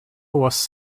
was